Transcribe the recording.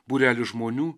būrelis žmonių